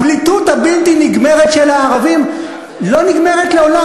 הפליטות הבלתי-נגמרת של הערבים לא נגמרת לעולם.